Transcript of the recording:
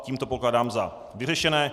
Tím to pokládám za vyřešené.